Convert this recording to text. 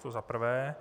To za prvé.